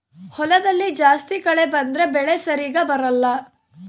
ಹೊಲದಲ್ಲಿ ಜಾಸ್ತಿ ಕಳೆ ಬಂದ್ರೆ ಬೆಳೆ ಸರಿಗ ಬರಲ್ಲ